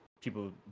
people